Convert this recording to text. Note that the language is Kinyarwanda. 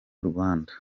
rwanda